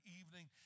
evening